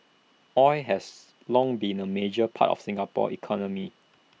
oil has long been A major part of Singapore's economy